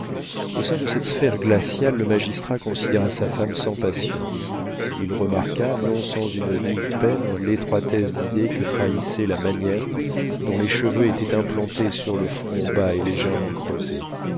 au sein de cette sphère glaciale le magistrat considéra sa femme sans passion il remarqua non sans une vive peine l'étroitesse d'idées que trahissait la manière dont les cheveux étaient implantés sur le front bas et légèrement creusé